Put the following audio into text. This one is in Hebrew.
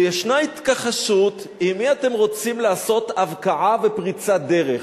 ויש התכחשות עם מי אתם רוצים לעשות הבקעה ופריצת דרך.